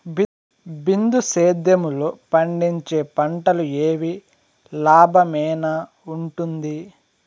బిందు సేద్యము లో పండించే పంటలు ఏవి లాభమేనా వుంటుంది?